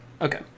Okay